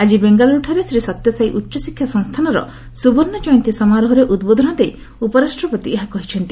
ଆଜି ବେଙ୍ଗାଲୁରୁଠାରେ ଶ୍ରୀ ସତ୍ୟସାଇ ଉଚ୍ଚ ଶିକ୍ଷା ସଂସ୍ଥାନର ସୁବର୍ଷ୍ଣ କୟନ୍ତୀ ସମାରୋହରେ ଉଦ୍ବୋଧନ ଦେଇ ଉପରାଷ୍ଟ୍ରପତି ଏହା କହିଛନ୍ତି